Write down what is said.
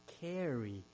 carry